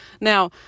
Now